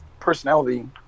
personality